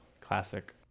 classic